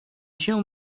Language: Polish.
się